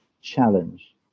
challenge